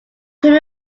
could